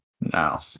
No